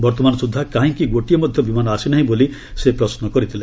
ବର୍ତ୍ତମାନ ସୁଦ୍ଧା କାହିଁକି ଗୋଟିଏ ମଧ୍ୟ ବିମାନ ଆସିନାହିଁ ବୋଲି ପ୍ରଶ୍ନ କରିଥିଲେ